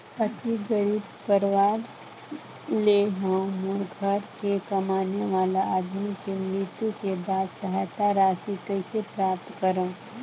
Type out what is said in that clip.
अति गरीब परवार ले हवं मोर घर के कमाने वाला आदमी के मृत्यु के बाद सहायता राशि कइसे प्राप्त करव?